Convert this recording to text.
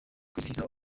kwizihiza